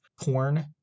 porn